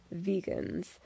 vegans